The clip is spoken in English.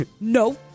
No